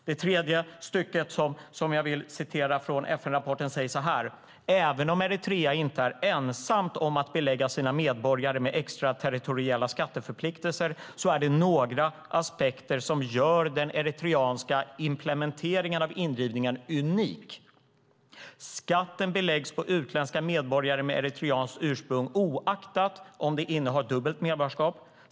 Det tredje stycket från FN-rapporten jag vill läsa är följande: Även om Eritrea inte är ensamt om att belägga sina medborgare med extraterritoriella skatteförpliktelser är det några aspekter som gör den eritreanska implementeringen av indrivningen unik. Skatten beläggs på utländska medborgare med eritreanskt ursprung, oaktat om de innehar dubbelt medborgarskap.